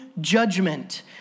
judgment